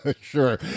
Sure